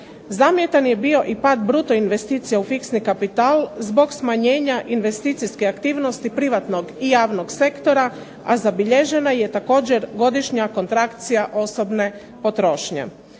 Zamjetan je bio i pad bruto investicija u fiksni kapital zbog smanjenja investicijske aktivnosti privatnog i javnog sektora, a zabilježena je također godišnja kontrakcija osobne potrošnje.